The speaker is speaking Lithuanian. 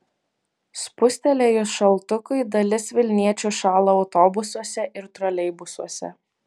spustelėjus šaltukui dalis vilniečių šąla autobusuose ir troleibusuose